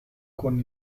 con